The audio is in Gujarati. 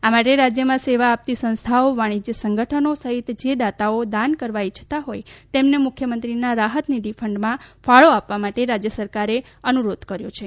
આ માટે રાજયમાં સેવા આપતી સંસ્થાઓ વાણિજય સંગઠનો સહિત જે દાતાઓ દાન આપવા ઈચ્છતા હોય તેમને મુખ્યમંત્રીના રાહતનિધિમાં ફાળો આપવા માટે રાજય સરકારે અનુરોધ પણ કર્યો છે